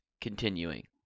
continuing